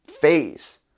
phase